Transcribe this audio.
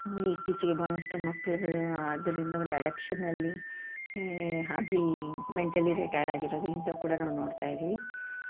ಇತ್ತೀಚಿಗೆ ಬಹಳಷ್ಟು ಮಕ್ಕಳುಗಳು ಅದ್ರಿಂದ ಒಂದು ಅಡಕ್ಷನ್ನಲ್ಲಿ ಈ ಆಗಿ ಮೆಂಟಲಿ ರಿಟೈರ್ಡ್ ಆಗಿರೋದು ಇಂಥವು ಕೂಡ ನಾವು ನೋಡ್ತಾ ಇದ್ದೀವಿ